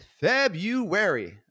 February